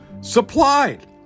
supplied